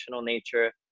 nature